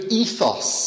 ethos